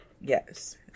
yes